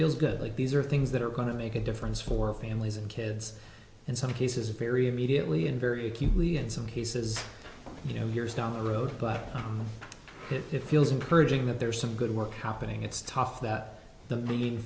feels good like these are things that are going to make a difference for families and kids in some cases a period mediately in very acutely in some cases you know here's down the road but it feels encouraging that there is some good work happening it's tough that the main